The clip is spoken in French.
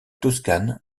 toscane